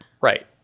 Right